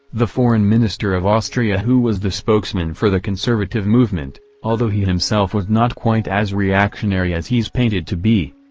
the foreign minister of austria who was the spokesman for the conservative movement, although he himself was not quite as reactionary as he's painted to be.